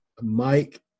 Mike